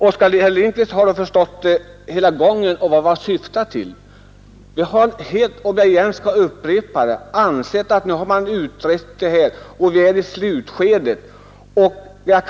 Herr Lindkvist har ju förstått hela gången och vad jag syftar till. Hela tiden har jag ansett — jag upprepar det — att utredningen arbetat med detta och nu är i slutskedet.